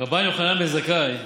רבן יוחנן בן זכאי,